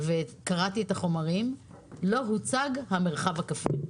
וקראתי את החומרים, לא הוצג המרחב הכפרי.